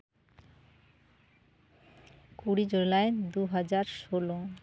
ᱠᱩᱲᱤ ᱡᱩᱞᱟᱭ ᱫᱩ ᱦᱟᱡᱟᱨ ᱥᱳᱞᱳ